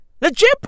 Legit